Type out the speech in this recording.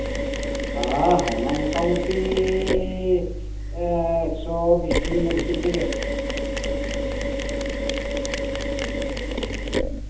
ᱦᱮᱸ ᱚᱱᱟ ᱢᱚᱴᱟᱢᱩᱴᱤ ᱮᱠᱥᱚ ᱵᱤᱥ ᱫᱤᱱ ᱵᱷᱤᱛᱨᱤ ᱛᱮᱜᱮ